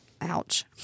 ouch